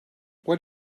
what